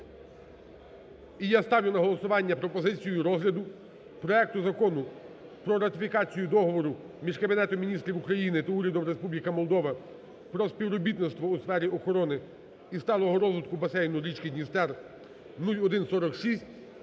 І я ставлю на голосування пропозицію розгляду проекту Закону про ратифікацію Договору між Кабінетом Міністрів України та Урядом Республіки Молдова про співробітництво у сфері охорони і сталого розвитку басейну річки Дністер (0146)